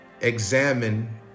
Examine